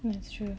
that's true